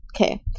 Okay